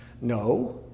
No